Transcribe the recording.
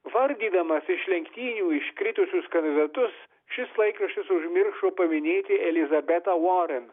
vardydamas iš lentynių iškritusius kandidatus šis laikraštis užmiršo paminėti elizabetą voren